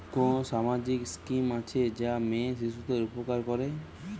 কোন সামাজিক স্কিম আছে যা মেয়ে শিশুদের উপকার করে?